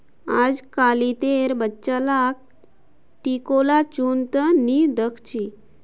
अजकालितेर बच्चा लाक टिकोला चुन त नी दख छि